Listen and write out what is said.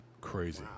crazy